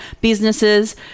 businesses